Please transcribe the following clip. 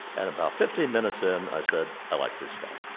and about fifteen minutes in, i said, i like this guy.